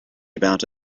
about